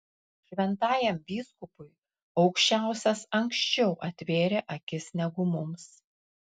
šventajam vyskupui aukščiausias anksčiau atvėrė akis negu mums